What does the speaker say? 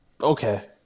Okay